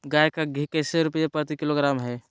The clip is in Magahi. गाय का घी कैसे रुपए प्रति किलोग्राम है?